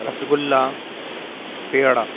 رس گلہ پیڑا